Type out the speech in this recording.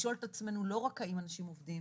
לשאול את עצמנו לא רק האם אנשים עובדים,